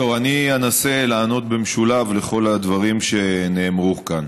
אני אנסה לענות במשולב לכל הדברים שנאמרו כאן.